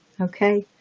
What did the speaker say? Okay